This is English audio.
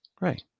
Right